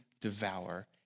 devour